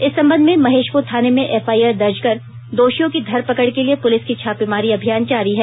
इस संबंध में महेशपूर थाने में एफआईआर दर्ज कर दोषियों की धर पकड़ के लिए पुलिस की छापेमारी अभियान जारी है